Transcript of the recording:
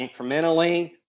incrementally